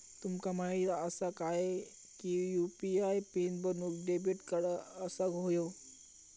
तुमका माहित असा काय की यू.पी.आय पीन बनवूक डेबिट कार्ड असाक व्हयो